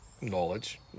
knowledge